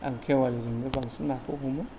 आं खेवालिजोंनो बांसिन नाखौ हमो